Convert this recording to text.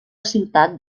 ciutat